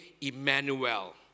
Emmanuel